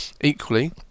Equally